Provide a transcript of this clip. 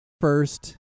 first